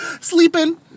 Sleeping